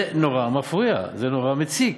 זה נורא מפריע, זה נורא מציק.